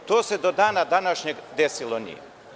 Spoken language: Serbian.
To se do dana današnjeg desilo nije.